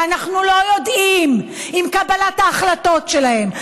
ואנחנו לא יודעים אם קבלת ההחלטות שלהם,